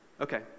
Okay